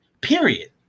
Period